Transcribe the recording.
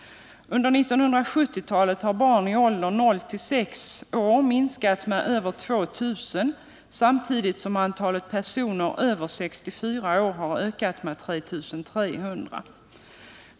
Under 1970-talet har barn i åldrarna 0-6 år minskat med över 2 000, samtidigt som antalet personer över 64 år har ökat med 3 300.